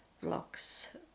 blocks